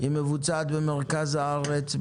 היא מבוצעת במרכז הארץ,